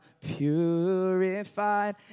purified